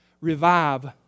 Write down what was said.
Revive